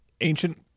ancient